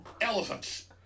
Elephants